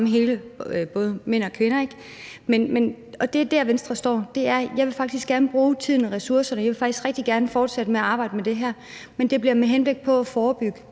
ramme både mænd og kvinder, ikke? Og det er dér, Venstre står. Jeg vil faktisk gerne bruge tiden og ressourcerne på at arbejde med det her, men det bliver med henblik på at forebygge